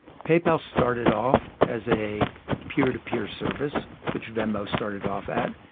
paypal started off as a peer-to-peer service, which venmo started off at.